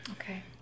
Okay